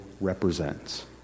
represents